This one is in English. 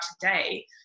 today